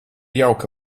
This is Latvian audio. jauka